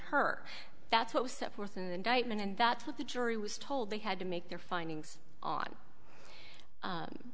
her that's what was set forth an indictment and that's what the jury was told they had to make their findings on